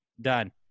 done